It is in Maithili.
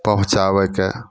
पहुँचाबैके